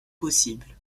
possible